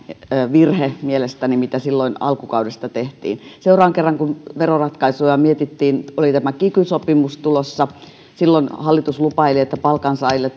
virhe mitä silloin alkukaudesta tehtiin seuraavan kerran kun veroratkaisuja mietittiin oli tämä kiky sopimus tulossa silloin hallitus lupaili että palkansaajille